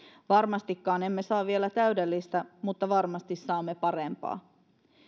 varmastikaan emme saa vielä täydellistä mutta varmasti saamme parempaa